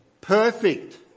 perfect